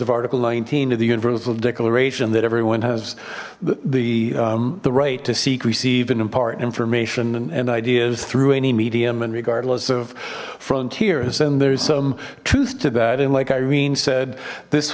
of article nineteen of the universal declaration that everyone has the right to seek receive and impart information and ideas through any medium and regardless of frontiers and there's some truth to that and like irene said this